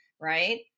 right